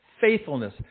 faithfulness